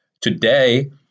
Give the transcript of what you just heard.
Today